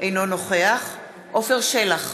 אינו נוכח עפר שלח,